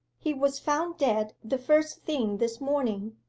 he was found dead the first thing this morning.